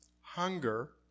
hunger